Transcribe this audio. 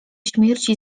śmierci